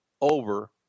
over